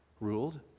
ruled